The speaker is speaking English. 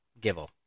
Gibble